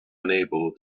unable